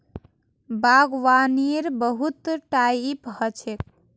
बागवानीर बहुत टाइप ह छेक